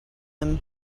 him